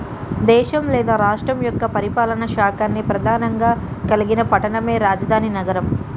దేశం లేదా రాష్ట్రం యొక్క పరిపాలనా శాఖల్ని ప్రెధానంగా కలిగిన పట్టణమే రాజధాని నగరం